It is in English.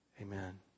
Amen